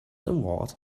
award